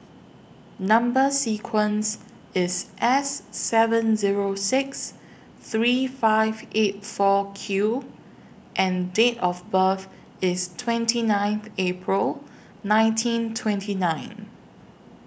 Number sequence IS S seven Zero six three five eight four Q and Date of birth IS twenty ninth April nineteen twenty nine